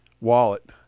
wallet